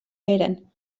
eren